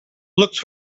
looks